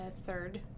third